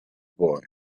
boy